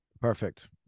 Perfect